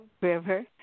River